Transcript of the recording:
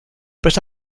but